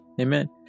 Amen